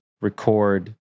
record